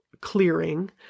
clearing